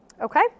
okay